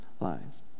Lives